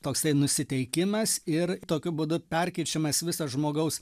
toksai nusiteikimas ir tokiu būdu perkeičiamas visas žmogaus